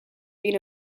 been